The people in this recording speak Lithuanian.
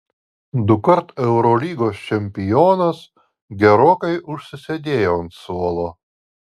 dukart eurolygos čempionas gerokai užsisėdėjo ant suolo